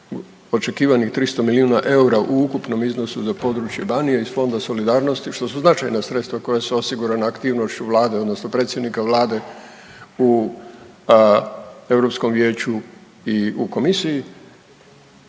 očekivanih 300 milijuna eura u ukupnom iznosu za područje Banije iz Fonda solidarnosti, što su značajna sredstva koja su osigurala aktivnošću Vlade, odnosno predsjednika Vlade u EU Vijeću i u Komisiji,